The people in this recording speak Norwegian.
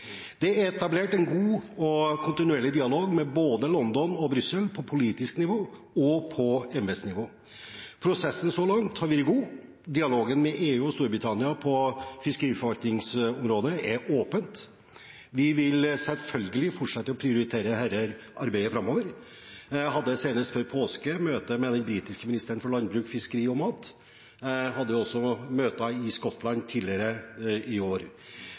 Det er etablert en god og kontinuerlig dialog med både London og Brussel på politisk nivå og på embetsnivå. Prosessen så langt har vært god. Dialogen med EU og Storbritannia på fiskeriforvaltningsområdet er åpen. Vi vil selvfølgelig fortsette å prioritere dette arbeidet framover. Jeg hadde senest før påske møte med den britiske ministeren for landbruk, fiskeri og mat. Jeg hadde også møter i Skottland tidligere i år.